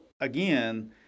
again